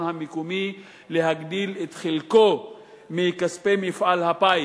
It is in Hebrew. המקומי להגדיל את חלקו מכספי מפעל הפיס.